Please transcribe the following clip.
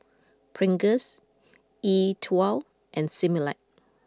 Pringles E Twow and Similac